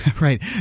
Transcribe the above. right